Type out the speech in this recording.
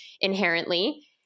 inherently